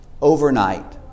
overnight